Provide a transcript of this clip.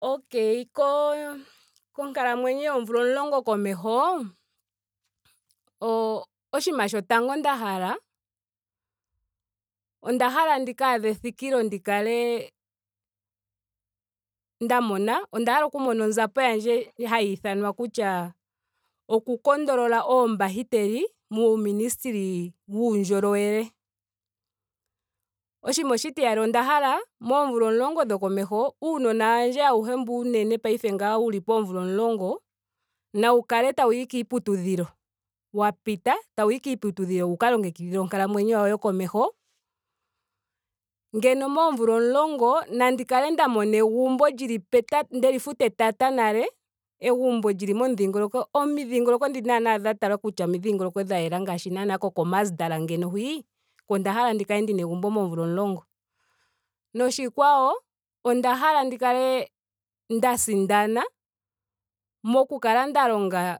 Okay ko konkalamwenyo yoomvula omulongo komeho o- oshinima shotango nda hala. onda hala ndikaadhe ethikilo ndi kale nda mona. onda hala oku mona onzapo yandje hayiithanwa kutya oku kondolola oombahiteli muuministeli wuundjolowele. oshinima oshitiyali onda hala moomvula omulongo dhokomeho. uunona wandje awuhe mbu uunene paife ngaa wuli poomvula omulongo. nawu kale tawuyi kiiputudhilo. wa pita. tawuyi kiiputudhilo wuka longekidhilwe onkalamwenyo yawo yokomeho. Ngeno moomvula omulongo nandi kale nda mona egumbo lili peta ndeli futa etata nale. egumbo lili momudhingoloko. omidhingoloko dhi naana dha kutya omidhingoloko dha yela ngaashi naa ko khomasdal ngno hwii. Oko nda hala ndi kale ndina egumbo moomvula omulongo. Noshikwawo onda hala ndi kale nda sindana moku kala nda longa